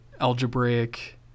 algebraic